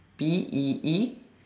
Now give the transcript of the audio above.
P E E